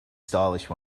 stylish